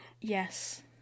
Yes